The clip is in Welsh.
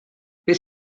beth